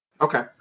Okay